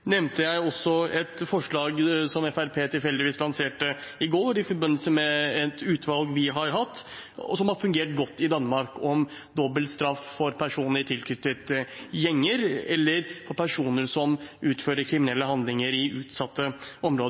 nevnte jeg også et forslag som Fremskrittspartiet tilfeldigvis lanserte i går i forbindelse med et utvalg vi har hatt, om dobbelt straff for personer tilknyttet gjenger og personer som utfører kriminelle handlinger i utsatte områder,